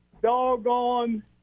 doggone